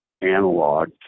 analog